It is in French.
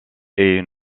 est